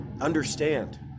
understand